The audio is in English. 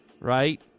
Right